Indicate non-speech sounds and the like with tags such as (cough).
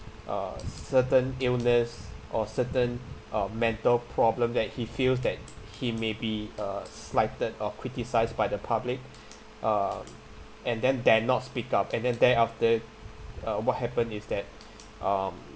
uh certain illness or certain uh mental problem that he feels that he may be uh slighted or criticised by the public (breath) uh and then dare not speak up and then thereafter uh what happened is that um